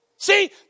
See